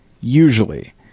usually